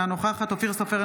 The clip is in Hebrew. אינה נוכחת אופיר סופר,